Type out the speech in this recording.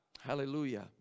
Hallelujah